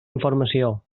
informació